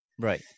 Right